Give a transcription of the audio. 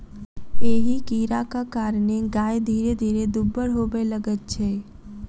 एहि कीड़ाक कारणेँ गाय धीरे धीरे दुब्बर होबय लगैत छै